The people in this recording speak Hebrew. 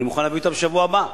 אני מוכן להביא אותה בשבוע הבא.